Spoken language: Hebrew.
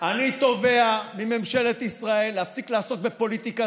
אני תובע מממשלת ישראל להפסיק לעסוק בפוליטיקה